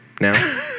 now